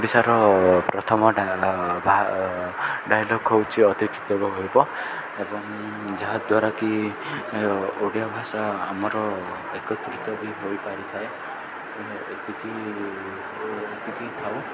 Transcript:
ଓଡ଼ିଶାର ପ୍ରଥମ ଡାଇଲଗ୍ ହେଉଛି ଅତିି ଏବଂ ଯାହାଦ୍ୱାରା କିି ଓଡ଼ିଆ ଭାଷା ଆମର ଏକତ୍ରିତ ବି ହୋଇପାରିଥାଏ ଏତିକି ଏତିକି ଥାଉ